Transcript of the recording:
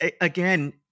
again